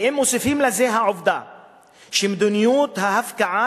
ואם מוסיפים לזה את העובדה שמדיניות ההפקעה